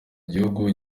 gihugu